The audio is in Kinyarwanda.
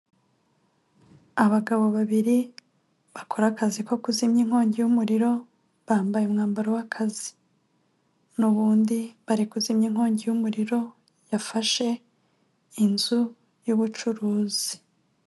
Abagabo babiri bakora akazi ko kuzimya inkongi y'umuriro, bambaye umwambaro w'akazi n'ubundi bari kuzimya inkongi y'umuriro yafashe inzu y'ubucuruzi.